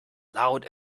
loud